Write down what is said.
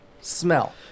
smell